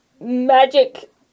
magic